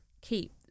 keep